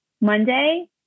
Monday